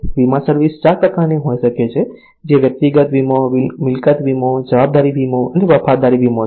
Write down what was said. વીમા સર્વિસ 4 પ્રકારની હોઈ શકે છે જે વ્યક્તિગત વીમો મિલકત વીમો જવાબદારી વીમો અને વફાદારી વીમો છે